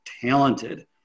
talented